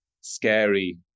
scary